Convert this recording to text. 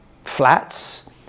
flats